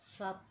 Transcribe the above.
ਸੱਤ